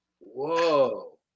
Whoa